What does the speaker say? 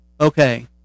okay